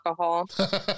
alcohol